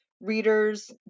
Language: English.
readers